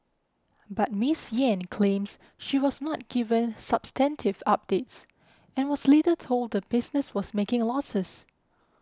but Miss Yen claims she was not given substantive updates and was later told the business was making a losses